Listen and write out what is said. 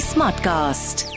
Smartcast